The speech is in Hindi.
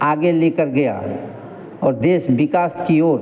आगे लेकर गया और देश विकास की ओर